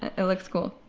it looks cool.